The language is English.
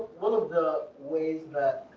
one of the ways that